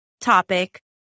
topic